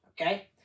Okay